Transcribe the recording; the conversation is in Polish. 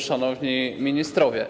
Szanowni Ministrowie!